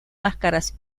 máscaras